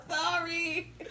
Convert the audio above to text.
Sorry